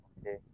okay